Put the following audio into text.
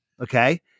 Okay